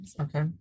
Okay